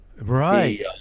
Right